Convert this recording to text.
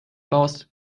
baust